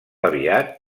aviat